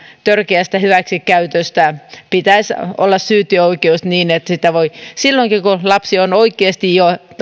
törkeästä seksuaalisesta hyväksikäytöstä pitäisi olla syyteoikeus niin että sen voi silloinkin ottaa käsittelyyn kun lapsi on oikeasti